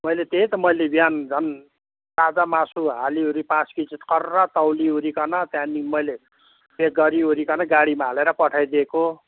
मैले त्यही त मैले बिहान झन ताजा मासु हालिवरि पाँच केजी कर्रा तौलिइवरिकन त्यहाँदेखि मैले प्याक गरिवरिकन गाडीमा हालेर पठाइदिएको